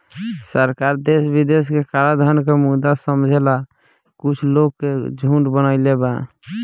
सरकार देश विदेश के कलाधन के मुद्दा समझेला कुछ लोग के झुंड बनईले बा